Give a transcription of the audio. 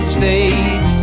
stage